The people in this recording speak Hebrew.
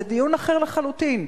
זה דיון אחר לחלוטין.